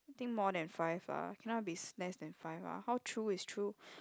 think more than five ah cannot be less than five ah how true is true